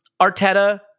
Arteta